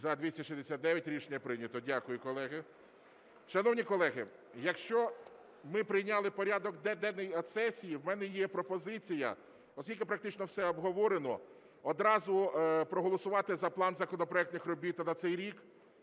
За-269 Рішення прийнято. Дякую, колеги. Шановні колеги, якщо ми прийняли порядок денний сесії, в мене є пропозиція. Оскільки практично все обговорено, одразу проголосувати за план законопроектних робіт на цей рік.